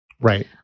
Right